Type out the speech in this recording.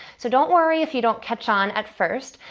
so don't worry if you don't catch on at first.